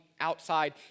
outside